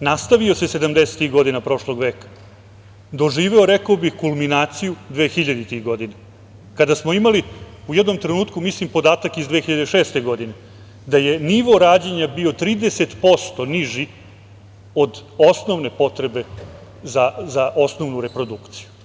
nastavio se sedamdesetih godina prošlog veka, doživeo, rekao bih, kulminaciju dvehiljaditih godina kada smo imali u jednom trenutku, mislim da je podatak iz 2006. godine, da je nivo rađanja bio 30% niži od osnovne potrebe za osnovnu reprodukciju.